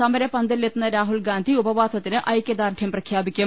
സമരപന്തലി ലെത്തുന്ന രാഹുൽ ഗാന്ധി ഉപവാസത്തിന് ഐക്യദാർഢ്യം പ്രഖ്യാപിക്കും